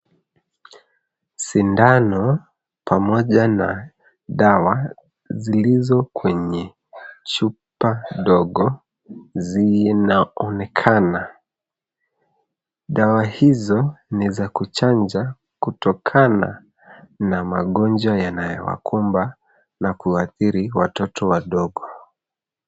Sindano pamoja na dawa zilizo kwenye chupa ndogo, zinaonekana. Dawa hizo ni za kuchanja kutokana na magonjwa yanayowakumba na kuwa athiri watoto wadogo.